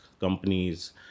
companies